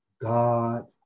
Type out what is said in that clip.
God